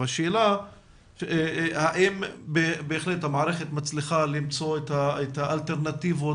השאלה האם בהחלט המערכת מצליחה למצוא את האלטרנטיבות